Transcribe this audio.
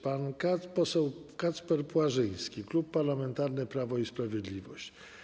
Pan poseł Kacper Płażyński, Klub Parlamentarny Prawo i Sprawiedliwość.